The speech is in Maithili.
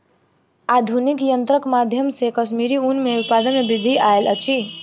आधुनिक यंत्रक माध्यम से कश्मीरी ऊन के उत्पादन में वृद्धि आयल अछि